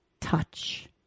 touch